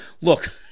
Look